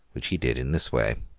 which he did in this way.